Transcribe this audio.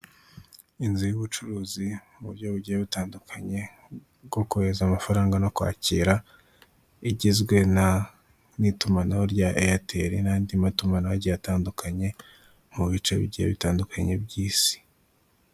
Inzu y'ubucuruzi mu buryo bugiye butandukanye bwo kohereza amafaranga no kwakira igizwe n'itumanaho rya eyateri n'andi matumanaho agiye atandukanye mu bice bigiye bitandukanye by'Isi.